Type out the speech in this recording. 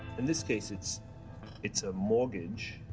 in this case it's it's a mortgage